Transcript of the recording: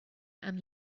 and